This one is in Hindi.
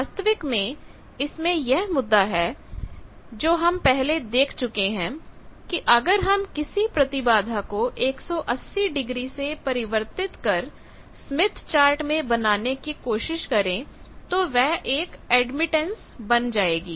वास्तविक में इसमें यह मुद्दा है जो हम पहले देख चुके हैं कि अगर हम किसी प्रतिबाधा को 180 डिग्री से परिवर्तित कर स्मिथ चार्ट में बनाने की कोशिश करें तो वह एक एडमिटेंस बन जाएगी